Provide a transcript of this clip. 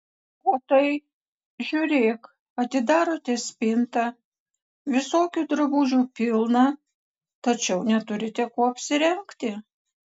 o tai žiūrėk atidarote spintą visokių drabužių pilna tačiau neturite kuo apsirengti